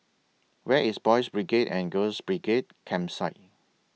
Where IS Boys' Brigade and Girls' Brigade Campsite